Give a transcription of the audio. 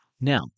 Now